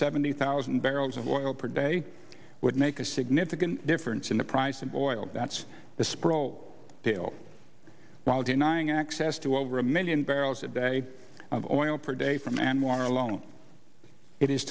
seventy thousand barrels of oil per day would make a significant difference in the price of oil that's the sprawl deal while denying access to over a million barrels a day of oil per day from anwar alone it is